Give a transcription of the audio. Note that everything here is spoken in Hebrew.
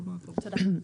תודה.